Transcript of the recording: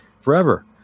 forever